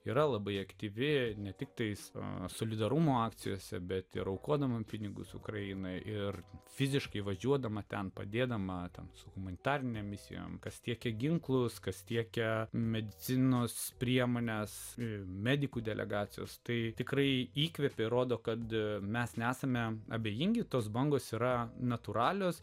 yra labai aktyvi ne tiktai su solidarumo akcijose bet ir aukodama pinigus ukrainai ir fiziškai važiuodama ten padėti matant su humanitarine misija kas tiekia ginklus kas tiekia medicinos priemones ir medikų delegacijos tai tikrai įkvėpė rodo kad mes nesame abejingi tos bangos yra natūralios